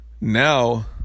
now